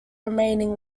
remaining